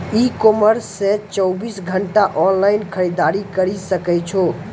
ई commerce से चौबीस घंटा ऑनलाइन खरीदारी करी सकै छो